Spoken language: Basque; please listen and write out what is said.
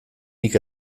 nik